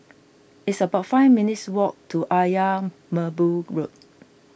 it's about five minutes' walk to Ayer Merbau Road